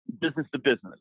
business-to-business